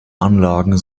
anlagen